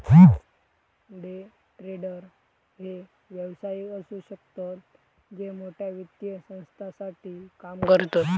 day trader हे व्यावसायिक असु शकतत जे मोठ्या वित्तीय संस्थांसाठी काम करतत